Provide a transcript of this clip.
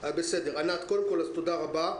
ענת, קודם כול תודה רבה.